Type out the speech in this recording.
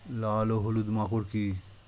লাল ও হলুদ মাকর কী?